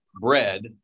bread